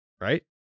right